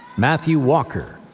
matthew walker.